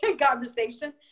conversation